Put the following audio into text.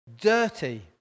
dirty